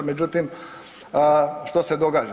Međutim, što se događa?